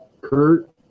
Kurt